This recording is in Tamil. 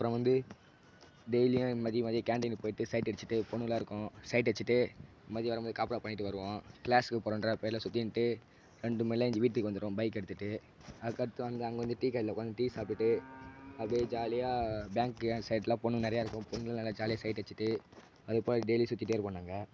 அப்புறம் வந்து டெய்லியும் மதியம் மதியம் கேண்டினுக்கு போய்ட்டு சைட் அடிச்சுட்டு பொண்ணுங்கலெலாம் இருக்கும் சைட் அடிச்சிட்டு மதியம் வரும் போது பண்ணிவிட்டு வருவோம் க்ளாஸுக்கு போறோன்கிற பேரில் சுற்றின்ட்டு ரெண்டு மணிக்கெலாம் ஏஞ்சி வீட்டுக்கு வந்திடுவோம் பைக் எடுத்துகிட்டு அதுக்கு அடுத்து வந்து அங்கே வந்து டீ கடையில் உக்காந்து டீ சாப்ட்டுவிட்டு அப்டேயே ஜாலியாக பேங்க்கு அந்த சைடெலாம் பொண்ணுகள் நிறையா இருக்கும் பொண்ணுங்களை நல்லா ஜாலியாக சைட் அடிச்சுட்டு அதுபோல் டெய்லி சுற்றிட்டே இருப்போம் நாங்கள்